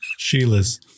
Sheila's